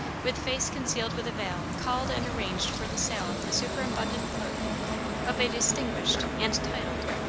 with face concealed with a veil, called and arranged for the sale of the superabundant clothing of a distinguished and titled,